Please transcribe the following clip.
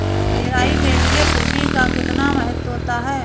निराई के लिए खुरपी का कितना महत्व होता है?